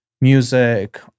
music